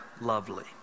lovely